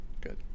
Good